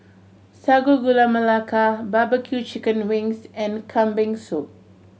Sago Gula Melaka barbecue chicken wings and Kambing Soup